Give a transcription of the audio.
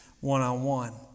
one-on-one